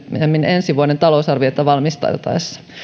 ensi vuoden talousarviota valmisteltaessa